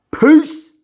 Peace